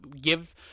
give